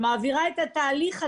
שמעבירה את התהליך הזה,